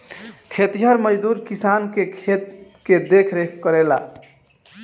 खेतिहर मजदूर किसान के खेत के देखरेख करेला